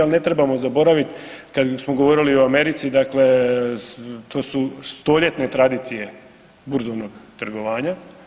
Al ne trebamo zaboravit kad smo govorili o Americi, dakle to su stoljetne tradicije burzovnog trgovanja.